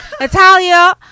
Natalia